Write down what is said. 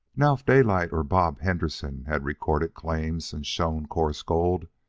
now if daylight or bob henderson had recorded claims and shown coarse gold,